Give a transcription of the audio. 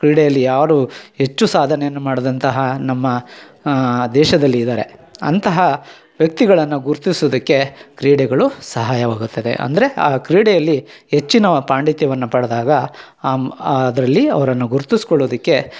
ಕ್ರೀಡೆಯಲ್ಲಿ ಯಾರು ಹೆಚ್ಚು ಸಾಧನೆಯನ್ ಮಾಡಿದಂತಹ ನಮ್ಮ ದೇಶದಲ್ಲಿ ಇದಾರೆ ಅಂತಹ ವ್ಯಕ್ತಿಗಳನ್ನು ಗುರ್ತಿಸೋದಕ್ಕೆ ಕ್ರೀಡೆಗಳು ಸಹಾಯವಾಗುತ್ತದೆ ಅಂದರೆ ಆ ಕ್ರೀಡೆಯಲ್ಲಿ ಹೆಚ್ಚಿನ ಪಾಂಡಿತ್ಯವನ್ನು ಪಡೆದಾಗ ಆಮ್ ಅದರಲ್ಲಿ ಅವರನ್ನು ಗುರುತಿಸ್ಕೊಳ್ಳೋದಿಕ್ಕೆ